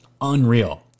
Unreal